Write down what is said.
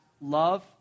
love